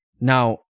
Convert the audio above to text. Now